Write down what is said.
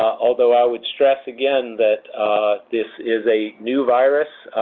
although i would stress again that this is a new virus,